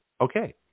okay